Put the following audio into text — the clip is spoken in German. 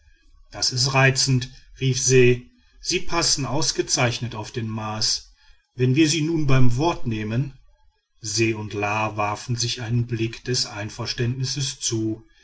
das ist reizend rief se sie passen ausgezeichnet auf den mars wenn wir sie nun beim wort nehmen se und la warfen sich einen blick des einverständnisses zu